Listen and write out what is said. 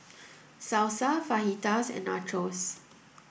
Salsa Fajitas and Nachos